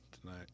tonight